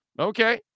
Okay